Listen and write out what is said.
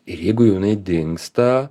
ir jeigu jau jinai dingsta